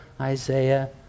Isaiah